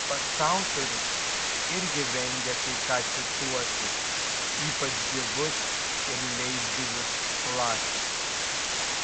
pats autorius irgi vengia kai ką cituoti ypač gyvus ir leisgyvius klasikus